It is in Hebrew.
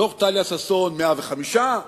דוח טליה ששון, 105,